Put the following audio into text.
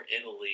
Italy